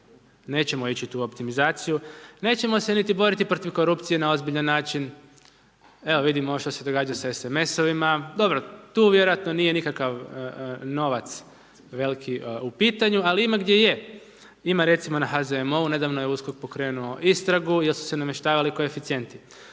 nećemo ići u tu optimizaciju. Nećemo se niti boriti protiv korupcije na ozbiljan način, evo vidimo ovo što se događa sa SMS-ovima, dobro, tu vjerojatno nije nikakav novac veliki u pitanju ali ima gdje je. Ima recimo na HZMO-u, nedavno je USKOK pokrenuo istragu jer su se namještavali koeficijenti.